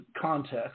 context